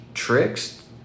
Tricks